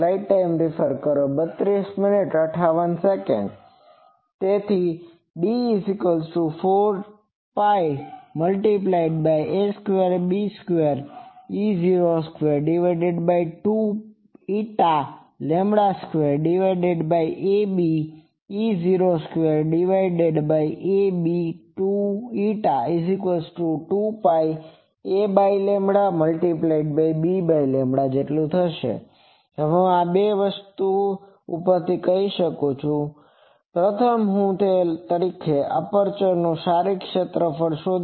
તેથી D4π× a2b2E022η2abE022η4πab હવે હું બે વસ્તુઓ કહી શકું છું પ્રથમ હું 4π2 Ab તરીકે લખી શકું છું જે એપ્રેચર નું શારીરિક ક્ષેત્રફળ છે